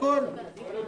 איתן,